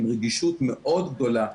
עם רגישות מאוד גדולה,